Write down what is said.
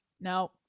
no